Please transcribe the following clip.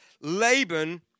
Laban